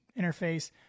Interface